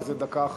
זה דקה אחת.